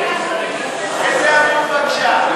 באיזה עמוד בבקשה?